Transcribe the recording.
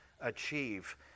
achieve